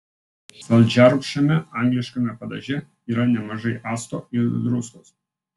saldžiarūgščiame angliškame padaže yra nemažai acto ir druskos